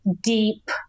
deep